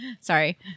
sorry